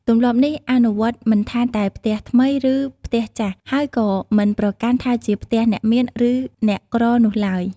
ទម្លាប់នេះអនុវត្តមិនថាតែផ្ទះថ្មី ឬផ្ទះចាស់ ហើយក៏មិនប្រកាន់ថាជាផ្ទះអ្នកមានឬអ្នកក្រនោះឡើយ។